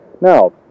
Now